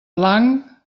blanc